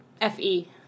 F-E